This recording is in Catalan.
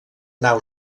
nau